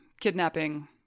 kidnapping